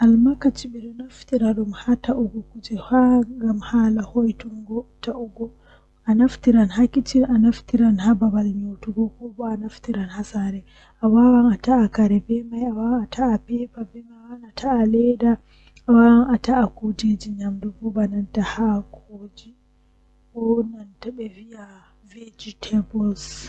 Komi wawata numtugo egaa wakkati midon bingel kanjum woni wakkati abba amin baaba am babirawo am hosata amin yaara amin babal yiwugo maayo wakkti man o yaara amin babal fijugo, Babal man don wela mi masin nden mi yejjitittaa wakkati man.